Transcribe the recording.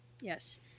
Yes